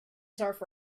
forever